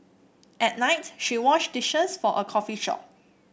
at night she washed dishes for a coffee shop